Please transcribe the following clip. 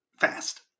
fast